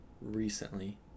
recently